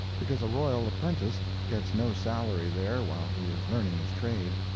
because a royal apprentice gets no salary there while he is learning his trade.